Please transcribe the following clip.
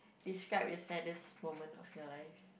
describe the saddest moment of your life